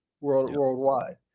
worldwide